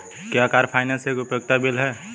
क्या car finance एक उपयोगिता बिल है?